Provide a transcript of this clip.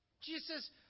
Jesus